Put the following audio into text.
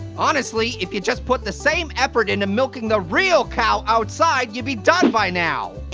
honestly, if you just put the same effort into milking the real cow outside, you'd be done by now. ah,